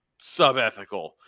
subethical